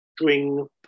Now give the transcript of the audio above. string